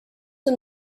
and